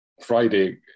Friday